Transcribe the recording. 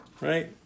Right